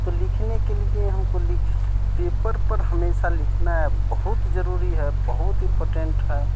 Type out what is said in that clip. तो लिखने के लिए हमको लिख पेपर पर हेमशा लिखना बहुत ज़रूरी है बहुत इम्पोटेंट है